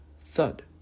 thud